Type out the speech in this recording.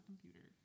computer